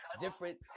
different